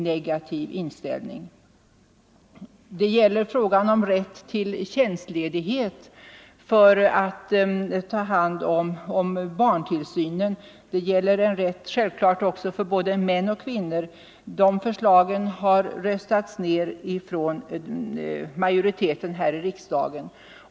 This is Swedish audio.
Det gäller också frågan om rätt till tjänstledighet — självfallet för både män och kvinnor — för att ta hand om barntillsynen. De förslagen har röstats ned av majoriteten här i riksdagen.